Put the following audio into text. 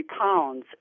pounds